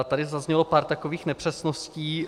Tady zaznělo pár takových nepřesností.